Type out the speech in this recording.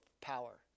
power